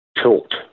tilt